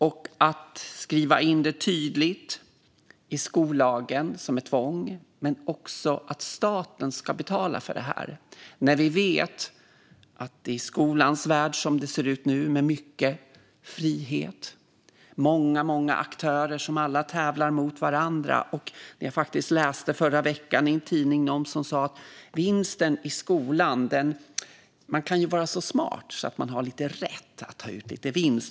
Man kan förstås skriva in det tydligt i skollagen som ett tvång, och även att staten ska betala för det, när det nu ser ut som det gör i skolans värld med mycket frihet och många aktörer som alla tävlar mot varandra. Apropå vinst i skolan kan man ju vara så smart att man har lite rätt att ta ut lite vinst.